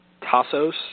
Tassos